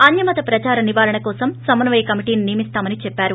అన్యమత ప్రదార నివారణ కోసం సమన్నయ కమిటీని నియమిస్తామని చెప్పారు